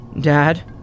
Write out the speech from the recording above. Dad